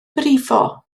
brifo